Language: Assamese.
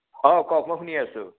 হয় কওক মই শুনি আছোঁ